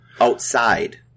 Outside